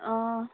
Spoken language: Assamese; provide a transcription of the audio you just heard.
অঁ